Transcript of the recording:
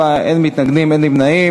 בעד 64, אין מתנגדים, אין נמנעים.